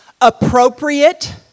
appropriate